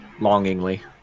longingly